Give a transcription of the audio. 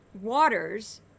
Waters